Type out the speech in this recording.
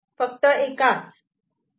फक्त एकाच नाही